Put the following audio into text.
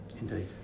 Indeed